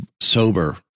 sober